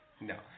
No